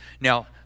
Now